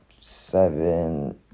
Seven